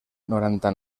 noranta